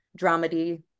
dramedy